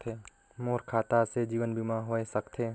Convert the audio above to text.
मोर खाता से जीवन बीमा होए सकथे?